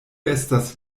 estas